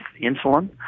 insulin